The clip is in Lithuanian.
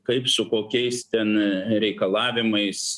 kaip su kokiais ten reikalavimais